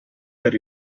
per